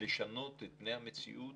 לשנות את פני המציאות